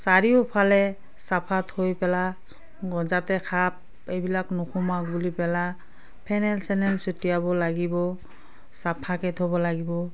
চাৰিওফালে চাফা থৈ পেলাই যাতে সাপ এইবিলাক নোসোমাওক বুলি পেলাই ফেনাইল চেনাইল ছটিয়াব লাগিব চাফাকৈ থ'ব লাগিব